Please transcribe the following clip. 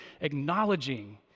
acknowledging